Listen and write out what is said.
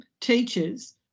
teachers